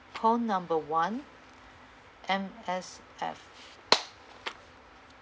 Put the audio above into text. call number one M_S_F